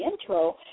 intro